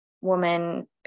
woman